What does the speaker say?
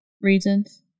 reasons